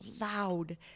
loud